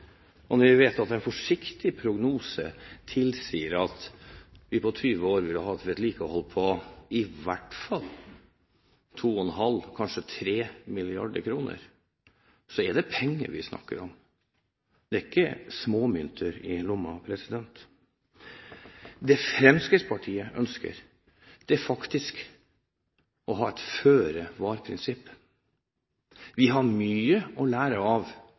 meldingen. Når vi vet at en forsiktig prognose tilsier at vi på 20 år vil ha et vedlikehold på i hvert fall 2,5 – kanskje 3 – mrd. kr, er det penger vi snakker om. Det er ikke småmynter i lomma. Det Fremskrittspartiet ønsker, er faktisk å ha et føre-var-prinsipp. Vi har mye å lære av